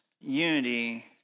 unity